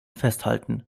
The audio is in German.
festhalten